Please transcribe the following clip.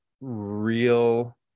real